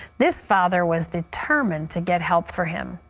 this father was determined to get help for him.